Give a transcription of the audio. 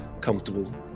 comfortable